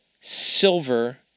silver